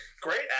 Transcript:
great